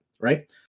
right